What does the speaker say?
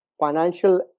financial